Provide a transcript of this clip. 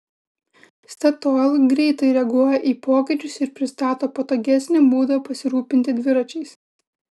statoil greitai reaguoja į pokyčius ir pristato patogesnį būdą pasirūpinti dviračiais